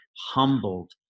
humbled